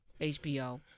HBO